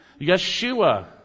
Yeshua